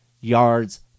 yards